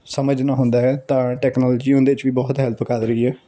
ਸਮਝਣਾ ਹੁੰਦਾ ਹੈ ਤਾਂ ਟੈਕਨੋਲੋਜੀ ਉਹਦੇ 'ਚ ਵੀ ਬਹੁਤ ਹੈਲਪ ਕਰ ਰਹੀ ਹੈ